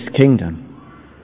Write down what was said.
kingdom